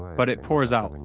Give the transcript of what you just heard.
but it pours out, and